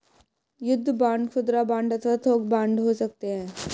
युद्ध बांड खुदरा बांड अथवा थोक बांड हो सकते हैं